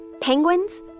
Penguins